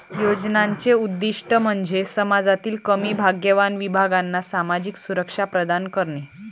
योजनांचे उद्दीष्ट म्हणजे समाजातील कमी भाग्यवान विभागांना सामाजिक सुरक्षा प्रदान करणे